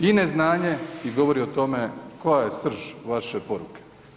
I neznanje i govori o tome koja je srž vaše poruke.